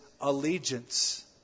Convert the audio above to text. allegiance